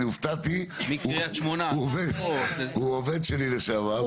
מקריית שמונה --- הוא עובד שלי לשעבר.